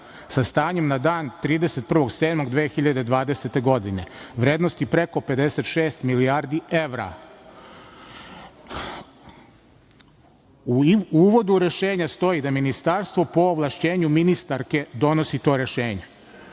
sa stanjem na dan 31. 7. 2020. godine, vrednosti preko 56 milijardi evra.U uvodu Rešenja stoji da Ministarstvo po ovlašćenju ministarke donosi to rešenje.